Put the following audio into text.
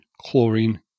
chlorine